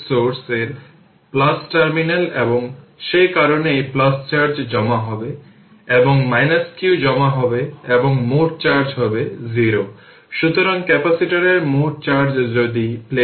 অর্থাৎ initial voltage হল 15 volt এখন t 0 হলে সুইচটি ওপেন থাকে এবং rc হল ইকুইভ্যালেন্ট সার্কিট